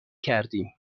کردیم